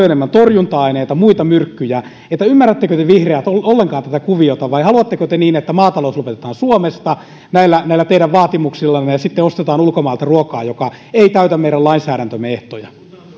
enemmän torjunta aineita ja muita myrkkyjä ymmärrättekö te vihreät ollenkaan tätä kuviota vai haluatteko te niin että maatalous lopetetaan suomesta näillä näillä teidän vaatimuksillanne ja sitten ostetaan ulkomailta ruokaa joka ei täytä meidän lainsäädäntömme ehtoja